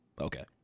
Okay